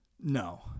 No